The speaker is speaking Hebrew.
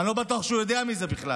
אני לא בטוח שהוא יודע מזה בכלל.